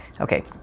okay